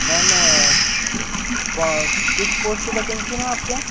ma'am किस post पे vacancy है मैम आपके यहाँ